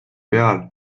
peal